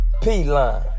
P-Line